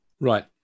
right